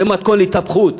זה מתכון להתהפכות.